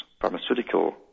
pharmaceutical